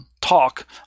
talk